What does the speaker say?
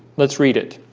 let's read it